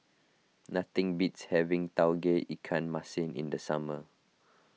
nothing beats having Tauge Ikan Masin in the summer